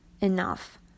enough